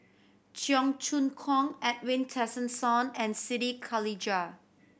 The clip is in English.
Cheong Choong Kong Edwin Tessensohn and Siti Khalijah